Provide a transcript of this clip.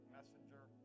Messenger